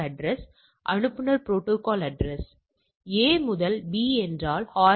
05 இன் பாதி அதாவது 0